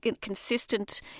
consistent